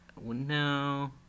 No